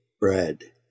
bread